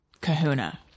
kahuna